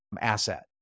asset